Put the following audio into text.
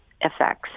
effects